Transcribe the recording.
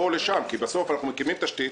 רעיה, בבקשה, תגידי איפה אנחנו עומדים.